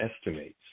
estimates